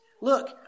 Look